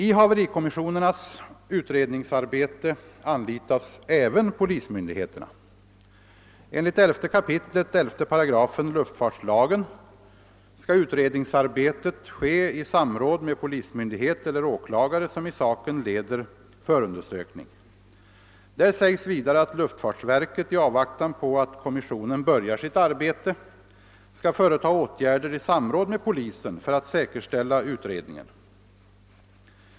I haverikommissionernas utredningsarbete anlitas även polismyndigheterna. Enligt 11 kap. 11 § luftfartslagen skall utredningsarbetet ske i samråd med polismyndighet eller åklagare som i saken leder förundersökning. Där sägs vidare att luftfartsverket, i avvaktan på att kommissionen börjar sitt arbete, skall företa åtgärder i samråd med polisen för att säkerställa utredningen.